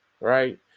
right